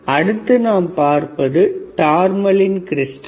அடுத்து நாம் பார்ப்பது டார்மலின் கிரிஸ்டல்